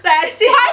like I said